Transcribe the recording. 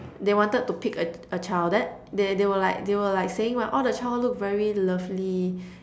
they wanted to pick a a child then they they were like they were like saying !wah! all the child look very lovely